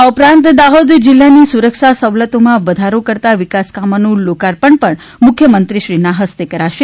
આ ઉપરાંત દાહોદ જિલ્લાની સુરક્ષા સવલતોમાં વધારો કરતા વિકાસ કામોનું લોકાર્પણ પણ મુખ્યમંત્રીશ્રીના હસ્તે કરાશે